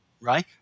right